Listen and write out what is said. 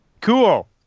Cool